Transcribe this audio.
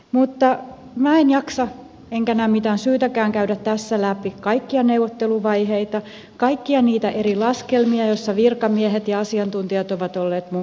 minä en jaksa enkä näe mitään syytäkään käydä tässä läpi kaikkia neuvotteluvaiheita kaikkia niitä eri laskelmia joissa virkamiehet ja asiantuntijat ovat olleet mukana